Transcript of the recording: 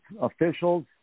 officials